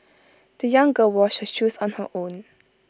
the young girl washed her shoes on her own